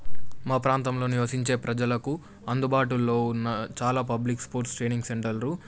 మా ప్రాంతంలో నివసించే ప్రజలకు అందుబాటులో ఉన్న చాలా పబ్లిక్ స్పోర్ట్స్ ట్రైనింగ్ సెంటర్లు